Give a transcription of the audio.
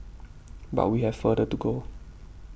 but we have further to go